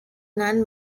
non